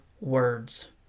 words